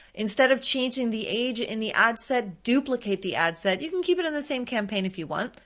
instead of changing the age in the ad set, duplicate the ad set. you can keep it in the same campaign if you want.